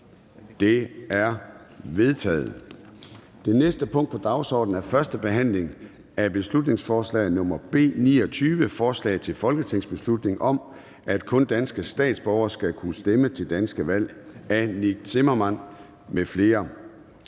Det er vedtaget. --- Det næste punkt på dagsordenen er: 10) 1. behandling af beslutningsforslag nr. B 29: Forslag til folketingsbeslutning om, at kun danske statsborgere skal kunne stemme til danske valg. Af Nick Zimmermann (DF) m.fl.